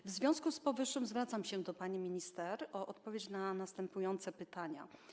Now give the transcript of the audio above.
W związku z powyższym zwracam się do pani minister o odpowiedź na następujące pytania.